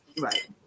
right